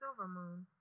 Silvermoon